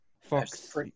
Fox